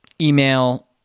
email